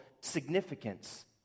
significance